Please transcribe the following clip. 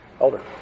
Elder